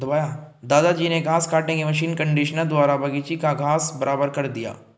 दादाजी ने घास काटने की मशीन कंडीशनर द्वारा बगीची का घास बराबर कर दिया